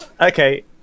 Okay